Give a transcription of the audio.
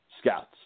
scouts